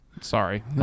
Sorry